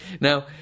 now